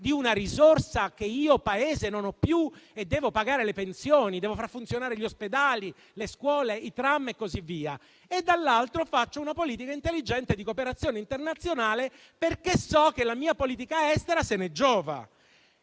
di una risorsa che io Paese non ho più e devo pagare le pensioni, devo far funzionare gli ospedali, le scuole, i tram e così via; dall'altro lato preveda una politica intelligente di cooperazione internazionale, perché so che la mia politica estera se ne giova.